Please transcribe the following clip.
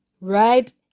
right